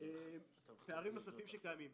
פערים נוספים שקיימים: